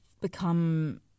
become